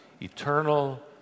eternal